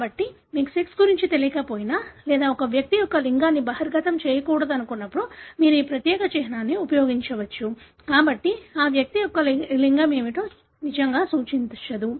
కాబట్టి మీకు సెక్స్ గురించి తెలియకపోయినా లేదా ఒక వ్యక్తి యొక్క లింగాన్ని బహిర్గతం చేయకూడదనుకున్నప్పుడు మీరు ఈ ప్రత్యేక చిహ్నాన్ని ఉపయోగించవచ్చు కాబట్టి ఆ వ్యక్తి యొక్క లింగం ఏమిటో నిజంగా సూచించదు